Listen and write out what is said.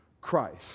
Christ